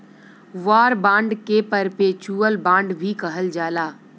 war bond के perpetual bond भी कहल जाला